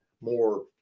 more